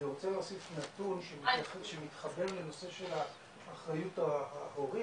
אני רוצה להוסיף נתון שמתחבר לנושא של האחריות ההורית.